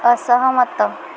ଅସହମତ